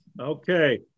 okay